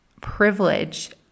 privilege